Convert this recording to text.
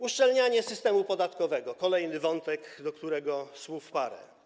Uszczelnianie systemu podatkowego to kolejny wątek, o którym słów parę.